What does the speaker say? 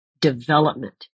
development